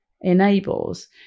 enables